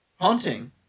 Haunting